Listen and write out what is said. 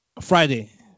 Friday